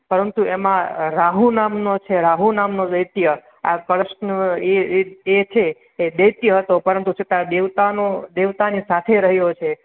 પરંતુ એમાં રાહુ નામનો છે રાહુ નામનો દૈત્ય આ કળશનુંએ એ એ છે દૈત્ય હતો પરંતુ છતાં દેવતાનો દેવતાની સાથે રહ્યો છે